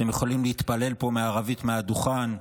אתם יכולים להתפלל פה בערבית מהדוכן.